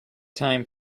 time